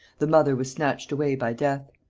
the mother was snatched away by death.